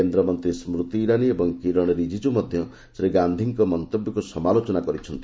କେନ୍ଦ୍ରମନ୍ତ୍ରୀ ସ୍କୁତି ଇରାନୀ ଏବଂ କିରଣ ରିଜଜ୍ଜୁ ମଧ୍ୟ ଶ୍ରୀ ଗାନ୍ଧୀଙ୍କ ମନ୍ତବ୍ୟକୁ ମଧ୍ୟ ସମାଲୋଚନା କରିଛନ୍ତି